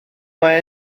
mae